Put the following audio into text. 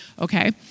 Okay